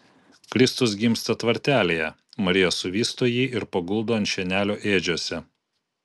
kristus gimsta tvartelyje marija suvysto jį ir paguldo ant šienelio ėdžiose